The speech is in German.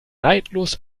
neidlos